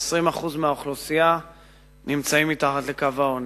כ-20% מהאוכלוסייה מתחת לקו העוני.